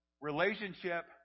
relationship